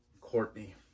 courtney